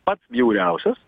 pats bjauriausias